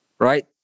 right